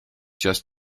just